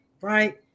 right